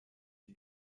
die